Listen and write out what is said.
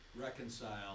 reconcile